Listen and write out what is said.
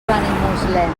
benimuslem